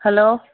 hello